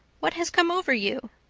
what has come over you?